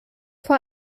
vor